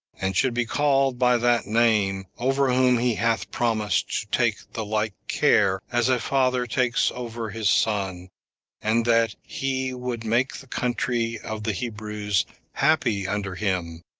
and should be called by that name over whom he hath promised to take the like care as a father takes over his son and that he would make the country of the hebrews happy under him,